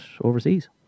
overseas